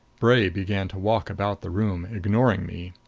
bray began to walk about the room, ignoring me.